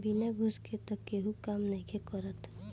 बिना घूस के तअ केहू काम नइखे करत